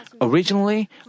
originally